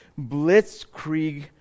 blitzkrieg